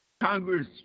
Congress